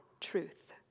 truth